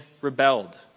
rebelled